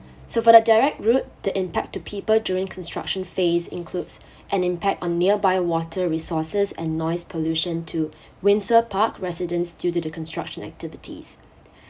so for the direct route the impact to people during construction phase includes an impact on nearby water resources and noise pollution to windsor park residents due to the construction activities